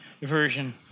version